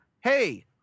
hey